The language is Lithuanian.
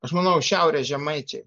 aš manau šiaurės žemaičiai